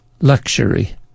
luxury